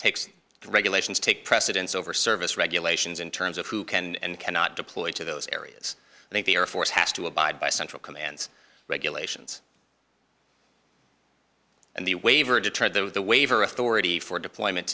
the regulations take precedence over service regulations in terms of who can and cannot deploy to those areas i think the air force has to abide by central command's regulations and the waiver deterred though the waiver authority for deployment